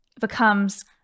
becomes